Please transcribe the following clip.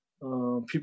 people